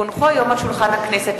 כי הונחו היום על שולחן הכנסת,